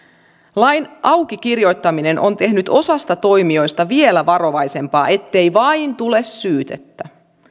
lain aukikirjoittaminen on tehnyt osasta toimijoista vielä varovaisempia ettei vain tule syytettä